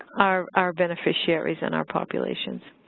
our our beneficiaries in our populations.